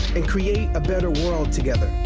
and create a better world together.